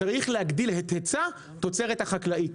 צריך להגדיל את היצע תוצרת החקלאית,